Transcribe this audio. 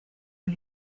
del